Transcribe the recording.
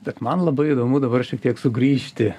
bet man labai įdomu dabar šiek tiek sugrįžti